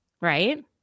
Right